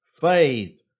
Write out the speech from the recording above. faith